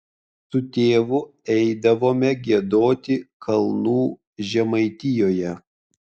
su tėvu eidavome giedoti kalnų žemaitijoje